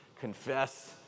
Confess